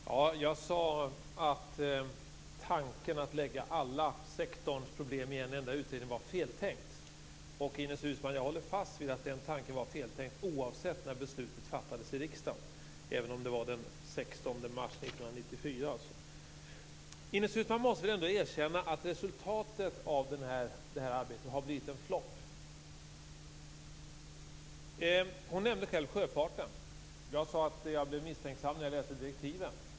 Herr talman! Jag sade att tanken att lägga alla sektorns problem i en enda utredning var fel. Jag håller fast vid att den tanken var fel, Ines Uusmann, oavsett när beslutet fattades i riksdagen, dvs. även om det var den 16 mars 1994. Ines Uusmann måste väl ändå erkänna att resultatet av det här arbetet har blivit en flopp. Hon nämnde själv sjöfarten. Jag sade att jag blev misstänksam när jag läste direktiven.